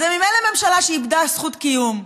זו ממילא ממשלה שאיבדה זכות קיום,